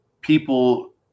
people